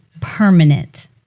permanent